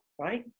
right